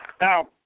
Now